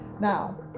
now